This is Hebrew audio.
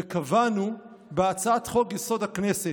וקבענו בהצעת חוק-יסוד: הכנסת,